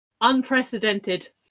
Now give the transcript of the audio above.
unprecedented